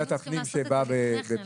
היינו צריכים לעשות את זה לפני כן.